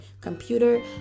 computer